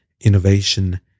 innovation